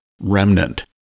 Remnant